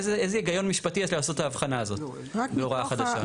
איזה היגיון משפטי יש לעשות את ההבחנה הזאת להוראה חדשה?